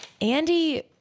Andy